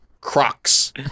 Crocs